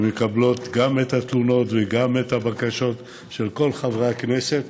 ומקבלות גם את התלונות וגם את הבקשות של כל חברי הכנסת,